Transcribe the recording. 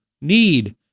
need